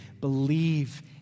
Believe